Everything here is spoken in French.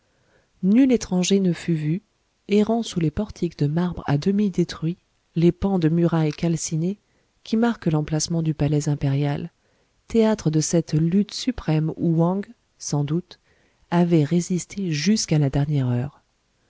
nul étranger ne fut vu errant sous les portiques de marbre à demi détruits les pans de murailles calcinées qui marquent l'emplacement du palais impérial théâtre de cette lutte suprême où wang sans doute avait résisté jusqu'à la dernière heure